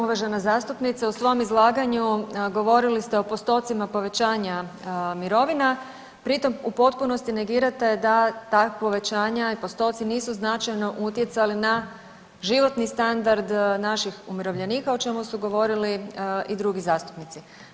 Uvažena zastupnice, u svom izlaganju govorili ste o postocima povećanja mirovina pri tom u potpunosti negirate da ta povećanja i postoci nisu značajno utjecali na životni standard naših umirovljenika, o čemu su govorili i drugi zastupnici.